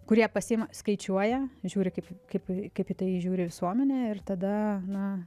kurie pasiima skaičiuoja žiūri kaip kaip kaip į tai žiūri į visuomenė ir tada na